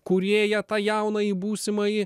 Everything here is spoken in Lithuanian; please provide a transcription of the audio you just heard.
kūrėją tą jaunąjį būsimąjį